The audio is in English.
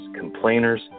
complainers